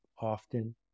often